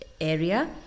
area